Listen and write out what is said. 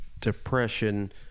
depression